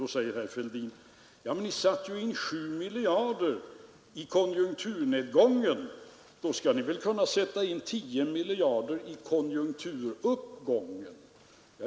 Då säger herr Fälldin: Men ni satte ju in 7 miljarder i konjunkturnedgången — då skall ni väl kunna sätta in 10 miljarder i konjunkturuppgången!